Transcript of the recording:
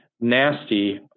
nasty